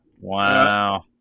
Wow